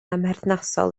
amherthnasol